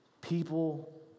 People